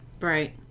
Right